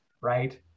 right